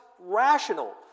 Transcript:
rational